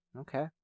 Okay